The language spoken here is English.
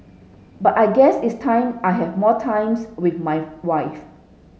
but I guess it's time I have more times with my wife